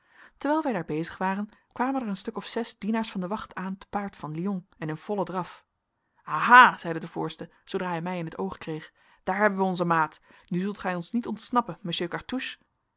terwijl wij daar bezig waren kwamen er een stuk of zes dienaars van de wacht aan te paard van lyon en in vollen draf aha zeide de voorste zoodra hij mij in t oog kreeg daar hebben wij onzen maat nu zult gij ons niet ontsnappen